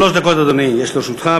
שלוש דקות, אדוני, יש לרשותך.